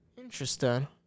Interesting